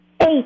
Eight